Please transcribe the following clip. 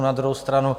Na druhou stranu...